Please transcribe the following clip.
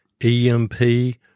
EMP